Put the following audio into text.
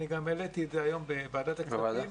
גם העליתי את זה היום בוועדת הכספים.